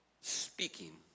speaking